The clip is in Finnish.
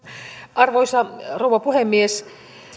arvoisa rouva puhemies